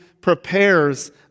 prepares